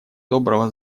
доброго